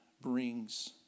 brings